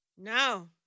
No